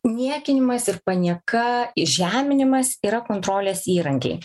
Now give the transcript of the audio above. niekinimas ir panieka žeminimas yra kontrolės įrankiai